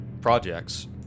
projects